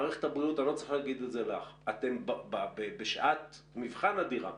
מערכת הבריאות אני לא צריך להגיד את זה לך אתם בשעת מבחן אדירה,